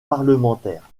parlementaire